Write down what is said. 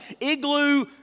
igloo